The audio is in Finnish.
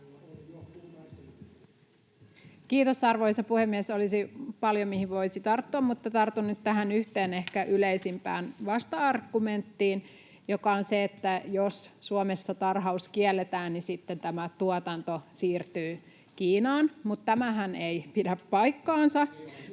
Kiitos, arvoisa puhemies! Olisi paljon, mihin voisi tarttua, mutta tartun nyt tähän yhteen ehkä yleisimpään vasta-argumenttiin, joka on se, että jos Suomessa tarhaus kielletään, niin sitten tämä tuotanto siirtyy Kiinaan. Mutta tämähän ei pidä paikkaansa.